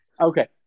Okay